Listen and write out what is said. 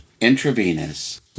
intravenous